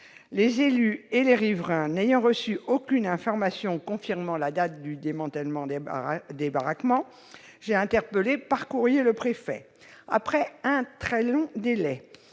Les élus et les riverains n'ayant reçu aucune information confirmant la date du démantèlement des baraquements, j'ai alerté le préfet par courrier. Après un très long délai,